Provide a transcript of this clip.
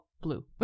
blue